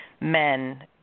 men